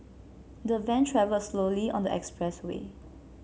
the van travelled slowly on the expressway